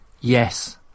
Yes